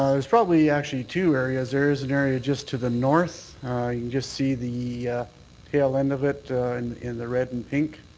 um probably actually two areas. there's an area just to the north, you can just see the tail end of it in the red and pink.